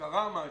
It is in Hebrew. שקרה משהו,